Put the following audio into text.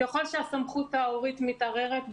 ככל שהסמכות ההורית מתערערת,